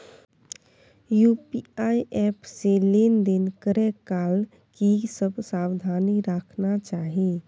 UPI app से लेन देन करै काल की सब सावधानी राखना चाही?